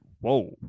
whoa